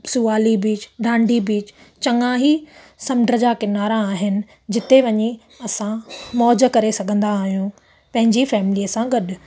Suvali beach Dandi beach चङा ही समुंड जा किनारा आहिनि जिते वञी असां मौज करे सघंदा आहियूं पंहिंजी फैमिलीअ सां गॾु